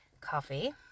coffee